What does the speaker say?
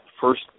first